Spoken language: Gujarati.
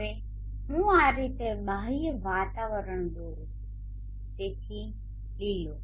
હવે હું આ રીતે બાહ્ય વાતાવરણ દોરું તેથી લીલો